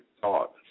thought